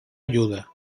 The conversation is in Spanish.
ayuda